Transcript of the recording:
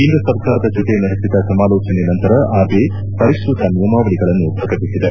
ಕೇಂದ್ರ ಸರ್ಕಾರದ ಜತೆ ನಡೆಸಿದ ಸಮಾಲೋಚನೆ ನಂತರ ಆರ್ಬಿಐ ಪರಿಷ್ಠಕ ನಿಯಮಾವಳಿಗಳನ್ನು ಪ್ರಕಟಿಸಿದೆ